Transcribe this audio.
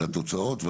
לתוצאות.